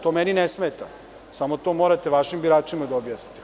To meni ne smeta, samo to morate vašim biračima da objasnite.